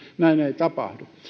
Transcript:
näin ei tapahdu